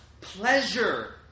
pleasure